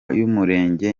y’umurenge